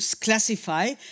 classify